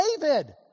David